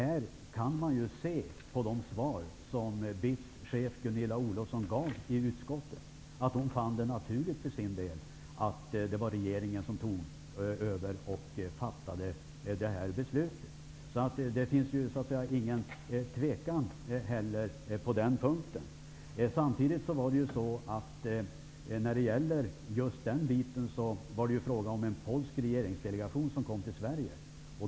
Man kan ju se på de svar som BITS chef Gunilla Olofsson gav i utskottet att hon fann det naturligt att regeringen tog över och fattade beslutet. Det finns ingen tvekan heller på den punkten. När det gäller just den delen kom ju en polsk delegation till Sverige.